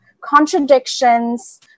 contradictions